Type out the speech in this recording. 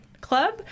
club